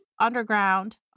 underground